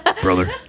Brother